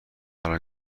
قرار